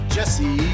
Jesse